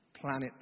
Planet